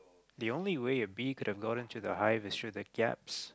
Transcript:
the only way a bee could have gotten to the hive make sure the gaps